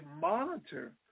monitor